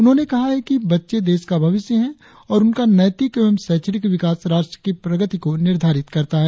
उन्होंने कहा है कि बच्चे देश का भविष्य है और उनका नैतिक एवं शैक्षणिक विकास राष्ट्र की प्रगति को निर्धारित करता है